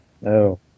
No